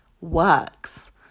works